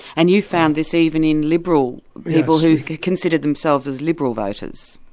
and you found this even in liberal people who considered themselves as liberal voters.